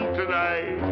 tonight